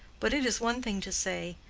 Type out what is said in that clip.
but it is one thing to say,